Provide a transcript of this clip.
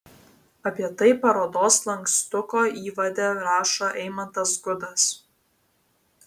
apie tai parodos lankstuko įvade rašo eimantas gudas